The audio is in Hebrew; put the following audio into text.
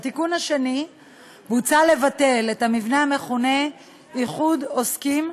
בתיקון השני מוצע לבטל את המבנה המכונה "איחוד עוסקים",